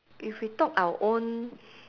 if we talk our own